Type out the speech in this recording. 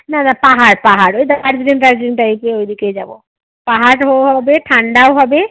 না না পাহাড় পাহাড় ওই দার্জিলিং টার্জিলিং টাইপের ওইদিকেই যাবো পাহাড়ও হবে ঠান্ডাও হবে